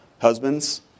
husbands